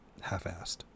half-assed